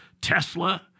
Tesla